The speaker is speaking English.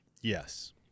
yes